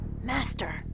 Master